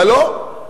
אבל לא.